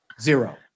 Zero